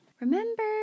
remember